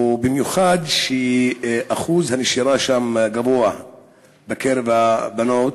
ובמיוחד שאחוז הנשירה שם גבוה בקרב הבנות,